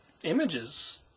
images